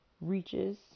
reaches